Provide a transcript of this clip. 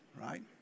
right